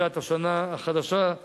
לקראת השנה החדשה,